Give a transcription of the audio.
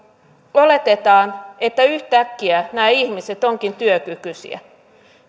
oletetaan että yhtäkkiä nämä ihmiset ovatkin työkykyisiä